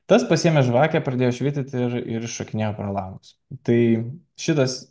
tas pasiėmė žvakę pradėjo švitint ir ir iššokinėjo pro langus tai šitas